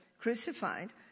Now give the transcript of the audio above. crucified